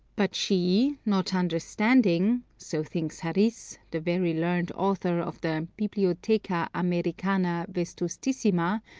but she not understanding, so thinks harrisse, the very learned author of the bibliotheca americana vetustissima,